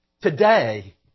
Today